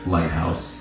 Lighthouse